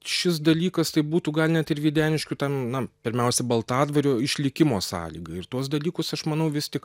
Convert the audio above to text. šis dalykas tai būtų gal net ir videniškių tam na pirmiausia baltadvario išlikimo sąlyga ir tuos dalykus aš manau vis tik